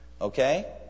Okay